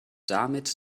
damit